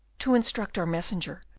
to instruct our messenger,